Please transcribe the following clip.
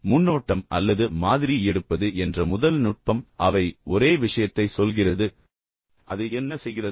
முன்னோட்டம் அல்லது மாதிரி எடுப்பது என்ற முதல் நுட்பம் அவை ஒரே விஷயத்தை சொல்கிறது அது என்ன செய்கிறது